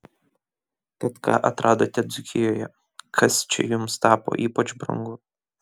tad ką atradote dzūkijoje kas čia jums tapo ypač brangu